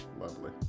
lovely